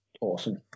awesome